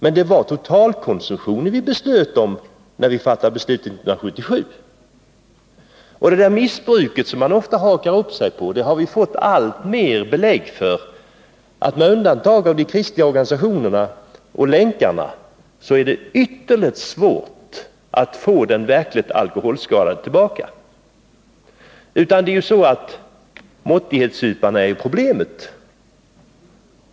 Det var emellertid totalkonsumtionen som vi fattade beslut om 1977. Man hakar ofta upp sig på missbrukarna. Vi har belägg för att det är ytterligt svårt att få de verkligt alkoholskadade att ändra sina vanor — det är egentligen bara de kristliga organisationerna och Länkarna som lyckas med det. Det är måttlighetssuparna som är problemet.